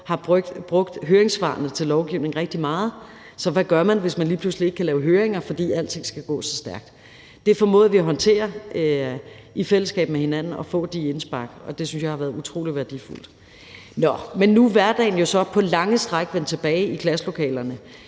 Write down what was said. har brugt høringssvarene rigtig meget til lovgivning. Så hvad gør man, hvis man lige pludselig ikke kan lave høringer, fordi alting skal gå så stærkt? Vi formåede at håndtere i fællesskab med hinanden at få de indspark, og det synes jeg har været utrolig værdifuldt. Nå, men nu er hverdagen jo så på lange stræk vendt tilbage i klasselokalerne,